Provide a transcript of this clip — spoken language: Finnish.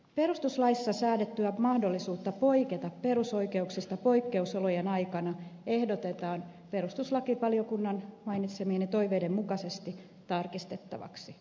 perustuslaissa säädettyä mahdollisuutta poiketa perusoikeuksista poikkeusolojen aikana ehdotetaan perustuslakivaliokunnan mainitsemien toiveiden mukaisesti tarkistettavaksi